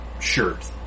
shirt